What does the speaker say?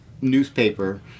newspaper